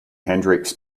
hendrix